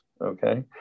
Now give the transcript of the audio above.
okay